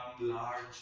large